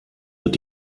wird